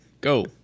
Go